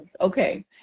Okay